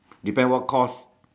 depend what course